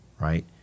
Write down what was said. right